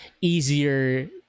easier